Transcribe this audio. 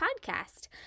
podcast